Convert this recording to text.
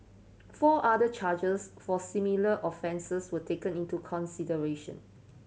four other charges for similar offences were taken into consideration